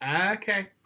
Okay